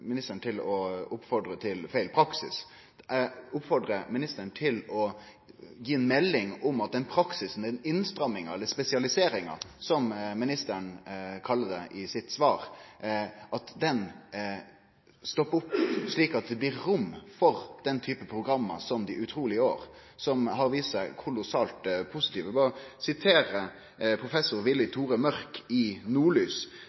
ministeren til å oppfordre Nav til feil praksis. Eg oppfordrar ministeren til å gi ei melding om at den praksisen, den innstramminga, eller spesialiseringa som ministeren kallar det i sitt svar, stoppar opp, slik at det blir rom for denne typen program som De utrolige årene, som har vist seg å vere kolossalt positiv. Eg vil nemne professor